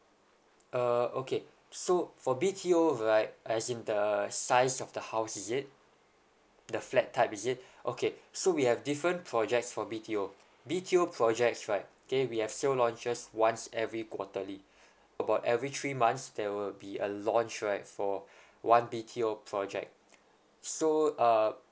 err okay so for B_T_O right as in the size of the house is it the flat type is it okay so we have different projects for B_T_O B_T_O projects right okay we have still launches once every quarterly about every three months there will be a launch right for one B_T_O project so uh